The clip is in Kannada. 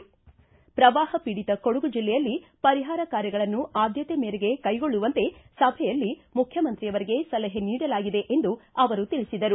ಪ್ರವಾಹ ಪೀಡಿತ ಕೊಡಗು ಜಿಲ್ಲೆಯಲ್ಲಿ ಪರಿಹಾರ ಕಾರ್ಯಗಳನ್ನು ಆದ್ಯತೆ ಮೇರೆಗೆ ಕೈಗೊಳ್ಳುವಂತೆ ಸಭೆಯಲ್ಲಿ ಮುಖ್ಯಮಂತ್ರಿಯವರಿಗೆ ಸಲಹೆ ನೀಡಲಾಗಿದೆ ಎಂದು ತಿಳಿಸಿದರು